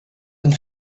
een